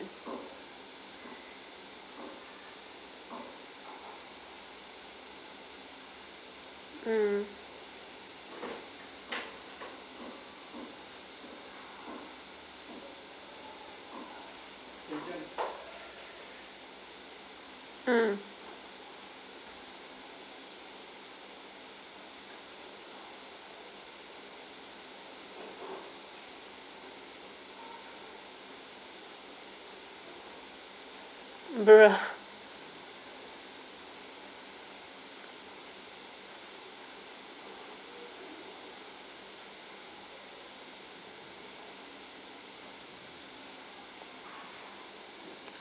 mm mm bro